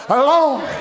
alone